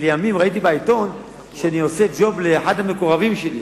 כי לימים ראיתי בעיתון שאני עושה ג'וב לאחד המקורבים שלי.